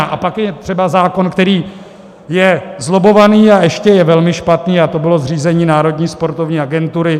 A pak je třeba zákon, který je zlobbovaný, a ještě je velmi špatný, a to bylo zřízení Národní sportovní agentury.